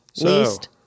least